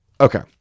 Okay